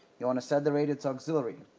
you want to set the radio to auxiliary.